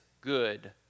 good